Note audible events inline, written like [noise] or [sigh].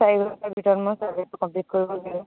[unintelligible]